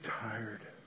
tired